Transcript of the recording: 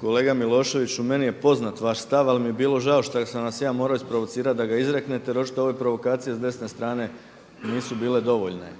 Kolega Miloševiću meni je poznat vaš stav ali mi je bilo žao što sam vas ja morao isprovocirati da ga izreknete jer očito ove provokacije sa desne strane nisu bile dovoljne.